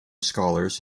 scholars